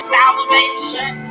salvation